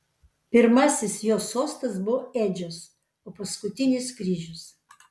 pirmasis jo sostas buvo ėdžios o paskutinis kryžius